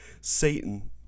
Satan